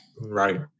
right